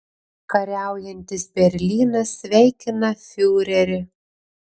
kariaujantis berlynas sveikina fiurerį